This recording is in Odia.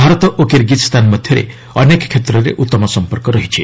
ଭାରତ ଓ କିର୍ଗିଜ୍ଞାନ ମଧ୍ୟରେ ଅନେକ କ୍ଷେତ୍ରରେ ଉତ୍ତମ ସମ୍ପର୍କ ରହିଛି